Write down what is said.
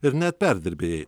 ir net perdirbėjai